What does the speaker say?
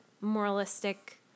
moralistic